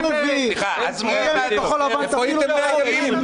אתם לא רואים את התרגיל?